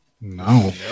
No